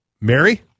Mary